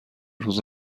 روز